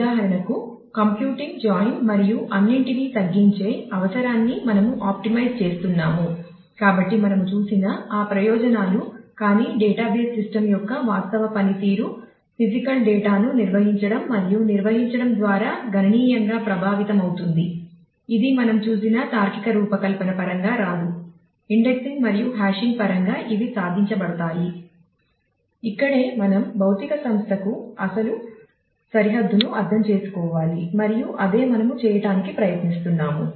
ఉదాహరణకు కంప్యూటింగ్ జాయిన్కు అసలు సరిహద్దును అర్థం చేసుకోవాలి మరియు అదే మనము చేయటానికి ప్రయత్నిస్తున్నాము